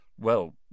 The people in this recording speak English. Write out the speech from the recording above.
Well—